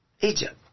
Egypt